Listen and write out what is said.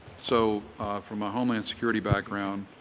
so from a homeland security background,